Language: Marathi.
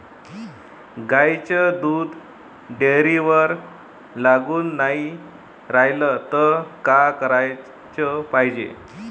गाईचं दूध डेअरीवर लागून नाई रायलं त का कराच पायजे?